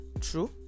true